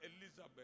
Elizabeth